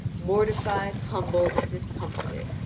mortified, humbled, and discomfited,